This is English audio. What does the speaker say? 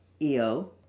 EO